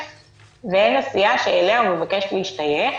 והן הסיעה שאליה הוא מבקש להשתייך